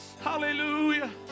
Hallelujah